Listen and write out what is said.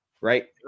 right